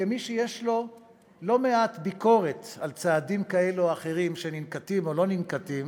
כמי שיש לו לא מעט ביקורת על צעדים כאלו או אחרים שננקטים או לא ננקטים,